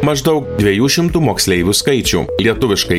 maždaug dviejų šimtų moksleivių skaičių lietuviškai